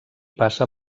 passa